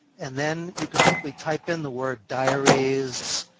and then you can simply type in the word diaries,